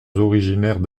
originaires